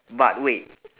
but wait